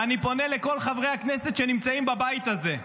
ואני פונה לכל חברי הכנסת שנמצאים בבית הזה: